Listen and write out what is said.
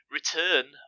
return